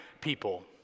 people